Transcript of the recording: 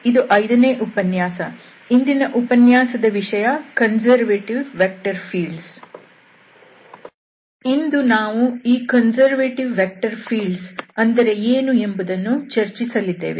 ಇಂದು ನಾವು ಈ conservative vector fields ಅಂದರೆ ಏನು ಎಂಬುದನ್ನು ಚರ್ಚಿಸಲಿದ್ದೇವೆ